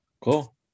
Cool